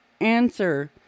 answer